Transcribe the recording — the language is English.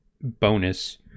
bonus